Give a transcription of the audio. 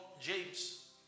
James